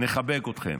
נחבק אתכם,